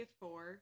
four